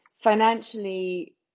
financially